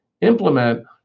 implement